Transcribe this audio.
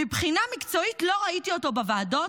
מבחינה מקצועית לא ראיתי אותו בוועדות,